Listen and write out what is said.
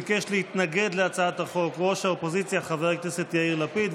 ביקש להתנגד להצעת החוק ראש האופוזיציה חבר הכנסת יאיר לפיד,